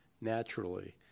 naturally